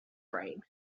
brain